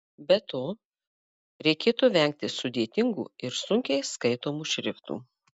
be to reikėtų vengti sudėtingų ir sunkiai skaitomų šriftų